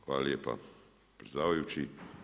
Hvala lijepa predsjedavajući.